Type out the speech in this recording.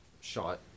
shot